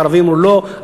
הערבים אמרו לא,